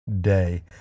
day